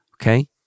Okay